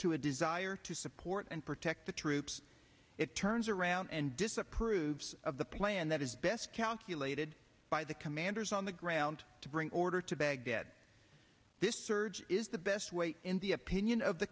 to a desire to support and protect the troops it turns around and disapproves of the plan that is best calculated by the commanders on the ground to bring order to baghdad this surge is the best way in the opinion of the